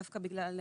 דווקא בגלל,